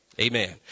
Amen